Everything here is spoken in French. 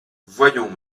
voyons